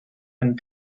and